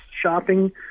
shopping